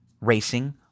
racing